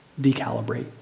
decalibrate